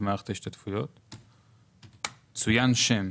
מערכת ההשתתפויות, צוין שם.